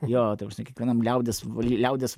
jo ta prasme kiekvienam liaudies va liaudies